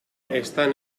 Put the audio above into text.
están